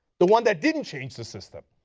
the one that didn't change the system,